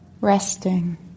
resting